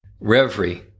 Reverie